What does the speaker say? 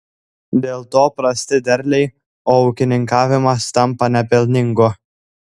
dėl to prasti derliai o ūkininkavimas tampa nepelningu